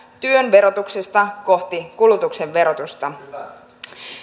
työn verotuksesta kohti kulutuksen verotusta